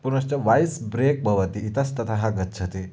पुनश्च voice break भवति इतस्ततः गच्छति